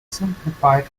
simplified